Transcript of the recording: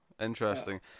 Interesting